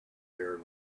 fair